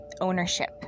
ownership